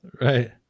Right